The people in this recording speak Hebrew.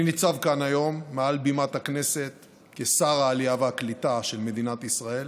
אני ניצב כאן היום על בימת הכנסת כשר העלייה והקליטה של מדינת ישראל